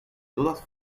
todas